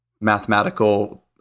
mathematical